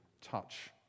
touch